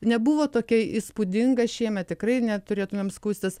nebuvo tokia įspūdinga šiemet tikrai neturėtumėm skųstis